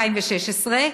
2016,